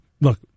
look